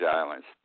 islands